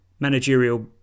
managerial